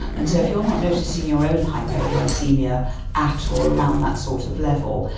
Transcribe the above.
and so if you are not noticing your own hypoglycaemia at or around that sort of level,